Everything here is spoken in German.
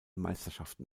meisterschaften